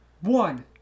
One